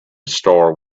star